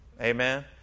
Amen